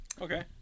Okay